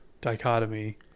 dichotomy